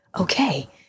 okay